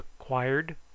acquired